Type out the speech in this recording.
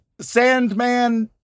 Sandman